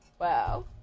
Wow